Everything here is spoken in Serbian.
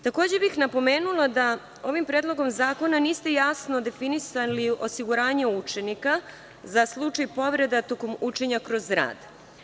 Takođe bih napomenula da ovim predlogom zakona niste jasno definisali osiguranje učenika za slučaj povreda tokom učenja kroz rad.